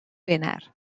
wener